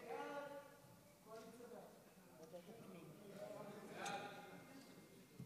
ההצעה להעביר את הצעת